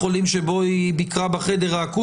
היא צריכה ללכת לבית החולים שבו היא ביקרה בחדר האקוטי?